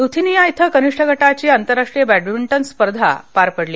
Lithuania इथं कनिष्ठ गटाची आंतरराष्ट्रीय बर्दानिंटन स्पर्धा पार पडली